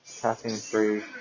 caffeine-free